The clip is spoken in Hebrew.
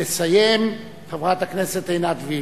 תסיים חברת הכנסת עינת וילף.